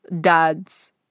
dad's